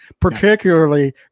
particularly